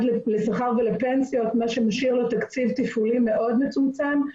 לשכר ולפנסיות וזה משאיר לו תקציב תפעולי מצומצם מאוד.